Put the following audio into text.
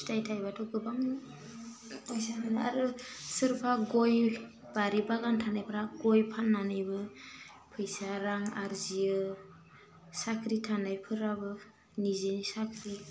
फिथाइ थाइबाथ' गोबां फैसा मोनो आरो सोरबा गय बारि बागान थानायफ्रा गय फान्नानैबो फैसा रां आरजियो साख्रि थानायफोराबो निजि साख्रि